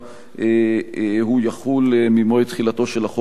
ממועד תחילתו של החוק ולא ממועד מאוחר יותר.